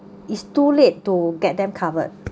it's too late to get them covered